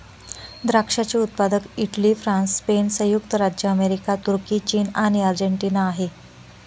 द्राक्षाचे उत्पादक Italy, France, Spain, संयुक्त राज्य अमेरिका, तुर्की, चीन आणि अर्जेंटिना आहे